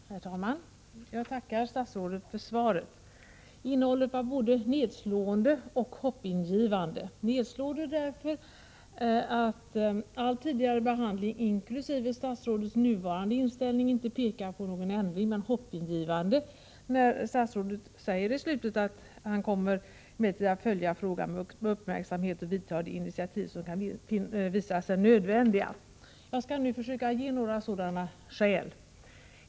Herr talman! Jag tackar statsrådet för svaret. Innehållet i svaret var både nedslående och hoppingivande. Det var nedslående därför att all tidigare behandling och statsrådets nuvarande inställning inte pekar på någon ändring. Det var däremot hoppingivande att statsrådet säger i slutet av svaret att han kommer att följa frågan med uppmärksamhet och ta de initiativ som kan visa sig nödvändiga. Jag skall försöka ge några skäl till att initiativ är nödvändiga.